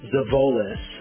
Zavolis